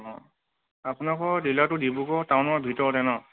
অঁ আপোনালোকৰ ডিলাৰটো ডিব্ৰুগড় টাউনৰ ভিতৰতে ন